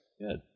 good